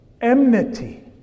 Enmity